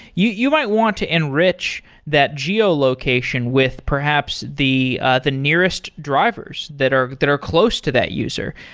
you you might want to enrich that geo location with perhaps the the nearest drivers that are that are close to that user.